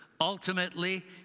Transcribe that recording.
Ultimately